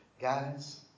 guys